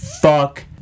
Fuck